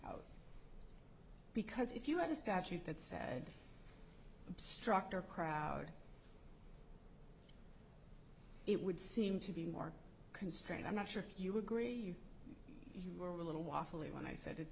out because if you had a statute that said obstruct or crowd it would seem to be more constrained i'm not sure if you agree you were a little wobbly when i said it